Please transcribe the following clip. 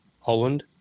Holland